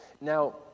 Now